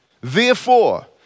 Therefore